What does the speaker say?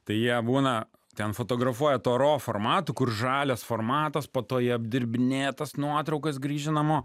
tai jie būna ten fotografuoja tuo ro formatu kur žalias formatas po to jie apdirbinėja tas nuotraukas grįžę namo